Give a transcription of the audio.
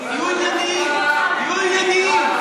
זה מה שיש לי להגיד לך.